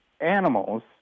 animals